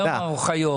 אומר מר אוחיון